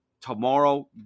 tomorrow